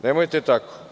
Nemojte tako.